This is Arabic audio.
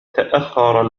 تأخر